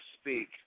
speak